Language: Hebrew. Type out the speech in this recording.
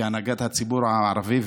כהנהגת הציבור הערבי,